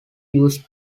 use